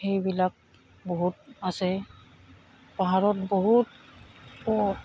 সেইবিলাক বহুত আছে পাহাৰত বহুতো